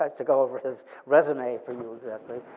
ah to go over his resume for you, exactly.